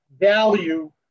value